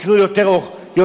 יקנו יותר דו-גלגלי,